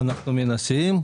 אנחנו מנסים.